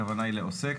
הכוונה היא לעוסק,